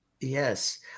Yes